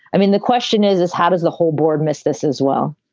i mean, the question is, is how does the whole board miss this as well?